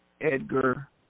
Edgar